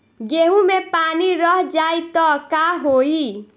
गेंहू मे पानी रह जाई त का होई?